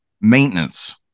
maintenance